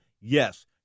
Yes